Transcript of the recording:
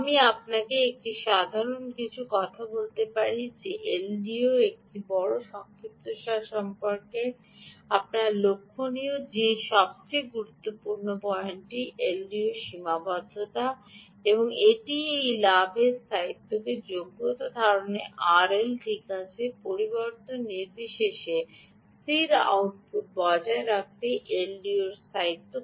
আমি আপনাকে একটি সাধারণ কিছু কথা মনে রাখতে বলি যে এলডিওর একটি বড় সংক্ষিপ্তসার সম্পর্কে আপনার লক্ষণীয় যে সবচেয়ে গুরুত্বপূর্ণ পয়েন্টটি হল এলডিওর সীমাবদ্ধতা এবং এটিই এই লাভটি এই স্থায়িত্বকে যোগ্যতা নির্ধারণ করে RL ঠিক আছে পরিবর্তন নির্বিশেষে স্থির আউটপুট ভোল্টেজ বজায় রাখতে এলডিওর এর স্থায়িত্ব